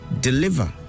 deliver